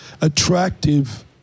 attractive